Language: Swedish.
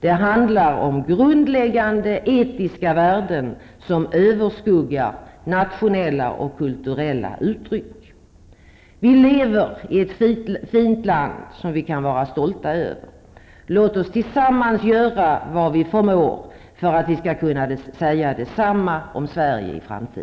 Det handlar om grundläggande etiska värden som överskuggar nationella och kulturella uttryck. Vi lever i ett fint land som vi kan vara stolta över. Låt oss tillsammans göra vad vi förmår för att vi skall kunna säga detsamma om Sverige i framtiden.